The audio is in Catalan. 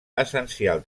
essencial